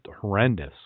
horrendous